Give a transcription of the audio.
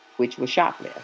which was shocklee